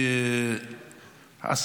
תצליחו לשנות מבפנים.